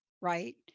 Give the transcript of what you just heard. right